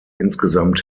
insgesamt